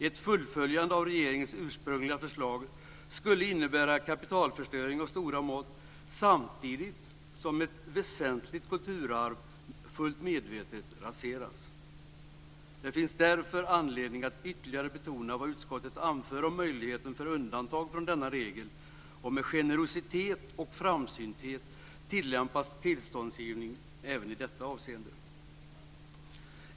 Ett fullföljande av regeringens ursprungliga förslag skulle innebära kapitalförstöring av stora mått, samtidigt som ett väsentligt kulturarv fullt medvetet raseras. Det finns därför anledning att ytterligare betona vad utskottet anför om möjligheten för undantag från denna regel och att med generositet och framsynthet tillämpa tillståndsgivning även i detta avseende.